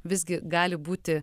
visgi gali būti